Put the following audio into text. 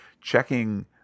checking